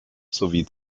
sowie